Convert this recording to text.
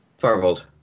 Farvold